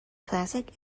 classic